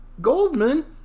Goldman